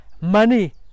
money